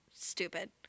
stupid